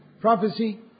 prophecy